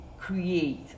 create